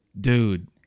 Dude